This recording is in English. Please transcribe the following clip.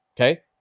Okay